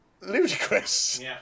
ludicrous